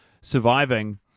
surviving